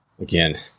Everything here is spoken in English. Again